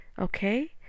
okay